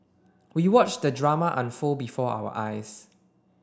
we watched the drama unfold before our eyes